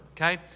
okay